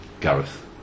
Gareth